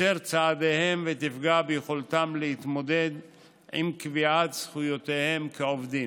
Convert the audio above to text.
תצר צעדיהם ותפגע ביכולתם להתמודד עם קביעת זכויותיהם כעובדים.